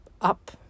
up